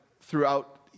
throughout